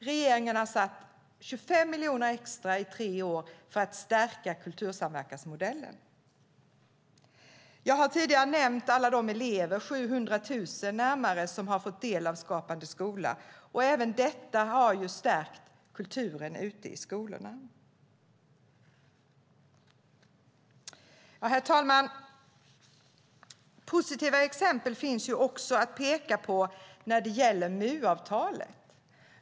Regeringen har avsatt 25 miljoner extra i tre år för att stärka kultursamverkansmodellen. Jag har tidigare nämnt att väldigt många elever har fått del av Skapande skola, närmare 700 000. Även detta har stärkt kulturen ute i skolorna. Herr talman! Positiva exempel finns att peka på när det gäller MU-avtalet.